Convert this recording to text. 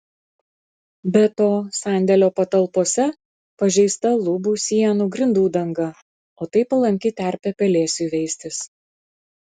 be to sandėlio patalpose pažeista lubų sienų grindų danga o tai palanki terpė pelėsiui veistis